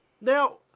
Now